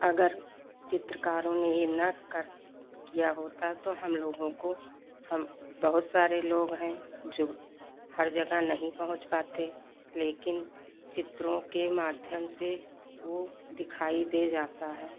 अगर चित्रकारों ने यह न कर किया होता तो हम लोगों को हम बहुत सारे लोग हैं जो हर जगह नहीं पहुँच पाते लेकिन चित्रों के माध्यम से वह दिखाई दे जाता है